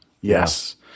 Yes